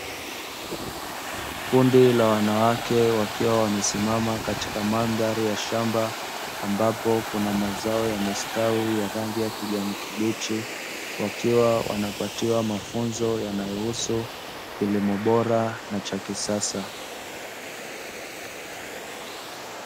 Kundi la wanawake wakiwa wamesimama katika mandhari ya shamba ambapo kuna mazao yamestawi ya rangi ya kijani kibichi, wakiwa wanapatiwa mafunzo yanayohusu kilimo bora na cha kisasa.